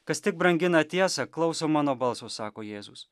kas tik brangina tiesą klauso mano balso sako jėzus